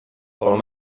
pel